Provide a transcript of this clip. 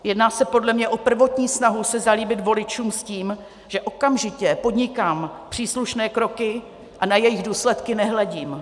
Jedná se podle mě o prvotní snahu se zalíbit voličům s tím, že okamžitě podnikám příslušné kroky a na jejich důsledky nehledím.